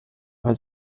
aber